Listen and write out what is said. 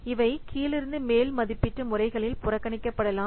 இவை கீழிருந்து மேல் மதிப்பீட்டு முறைகளில் புறக்கணிக்கப்படலாம்